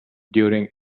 during